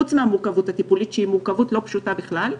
חוץ מהמורכבות הטיפולית שהיא מורכבות לא פשוטה בכלל,